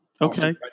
Okay